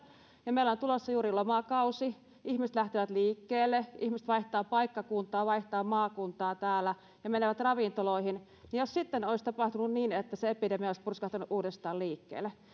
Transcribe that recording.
meillä on tulossa juuri lomakausi ihmiset lähtevät liikkeelle ihmiset vaihtavat paikkakuntaa vaihtavat maakuntaa täällä ja menevät ravintoloihin ja jos sitten olisi tapahtunut niin että se epidemia olisi purskahtanut uudestaan liikkeelle